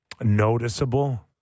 noticeable